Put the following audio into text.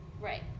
Right